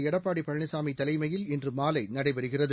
எடப்பாடி பழனிசாமி தலைமையில் இன்று மாலை நடைபெறகிறது